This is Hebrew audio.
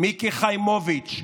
מיקי חיימוביץ',